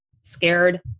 scared